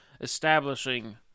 establishing